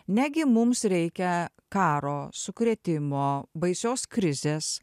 negi mums reikia karo sukrėtimo baisios krizės